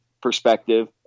perspective